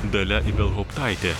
dalia ibelhauptaitė